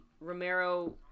Romero